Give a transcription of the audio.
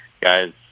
guys